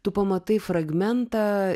tu pamatai fragmentą